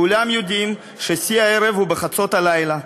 כולם יודעים ששיא הערב הוא בחצות הלילה,